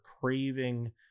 craving